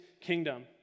kingdom